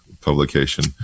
publication